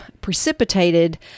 precipitated